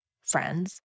friends